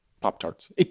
Pop-Tarts